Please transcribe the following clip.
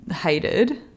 hated